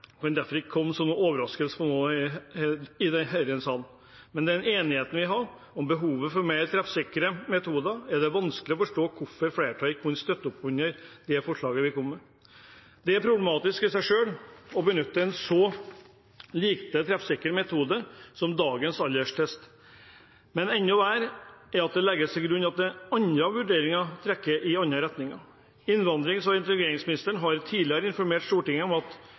kan derfor ikke komme som noen overraskelse på noen i denne salen. Med den enigheten vi hadde om behovet for mer treffsikre metoder, er det vanskelig å forstå hvorfor flertallet ikke kunne støtte opp under det forslaget vi kom med. Det er problematisk i seg selv å benytte en så lite treffsikker metode som dagens alderstest er. Men enda verre er det at det legges til grunn at andre vurderinger trekker i en annen retning. Innvandrings- og integreringsministeren har tidligere informert Stortinget om at